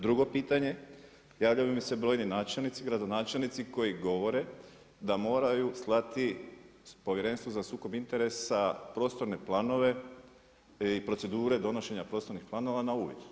Drugo pitanje, javljaju mi se brojni načelnici, gradonačelnici koji govore da moraju slati Povjerenstvu za sukob interesa prostorne planove i procedure donošenja prostornih planova na uvid.